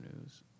news